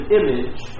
image